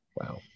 Wow